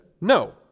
no